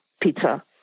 pizza